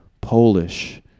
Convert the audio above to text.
Polish